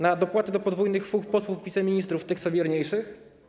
Na dopłaty do podwójnych fuch posłów wiceministrów, tych co wierniejszych?